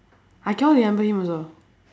I cannot remember him also